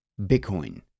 Bitcoin